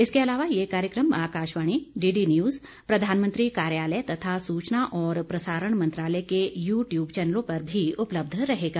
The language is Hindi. इसके अलावा यह कार्यक्रम आकाशवाणी डीडी न्यूज प्रधानमंत्री कार्यालय तथा सूचना और प्रसारण मंत्रालय के यू ट्यूब चैनलों पर भी उपलब्ध रहेगा